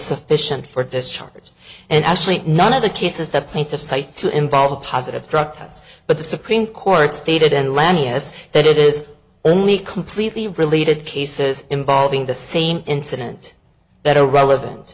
sufficient for discharge and actually none of the cases the plaintiff cites to involve a positive drug tests but the supreme court stated in landis that it is only completely related cases involving the same incident that are relevant